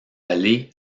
aller